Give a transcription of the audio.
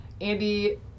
Andy